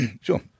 Sure